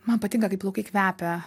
man patinka kai plaukai kvepia